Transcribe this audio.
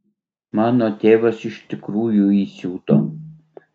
mano tėvas iš tikrųjų įsiuto